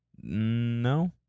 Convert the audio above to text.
No